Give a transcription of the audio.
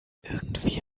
irgendwie